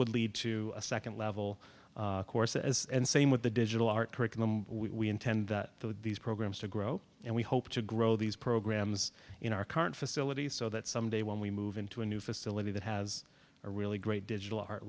would lead to a second level course as and same with the digital art curriculum we intend that these programs to grow and we hope to grow these programs in our current facilities so that someday when we move into a new facility that has a really great digital art